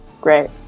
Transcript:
Great